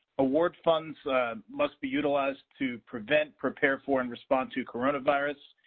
award funds must be utilized to prevent, prepare for, and respond to coronavirus.